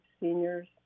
seniors